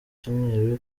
cyumweru